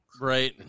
Right